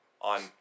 on